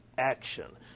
action